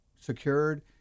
secured